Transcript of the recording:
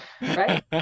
Right